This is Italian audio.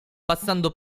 passando